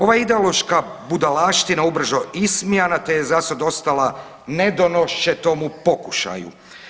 Ova ideološka budalaština ubrzo ismijana te je zasad ostala nedonoščetom u pokušaju.